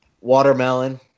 Watermelon